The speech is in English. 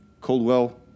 Coldwell